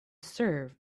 serve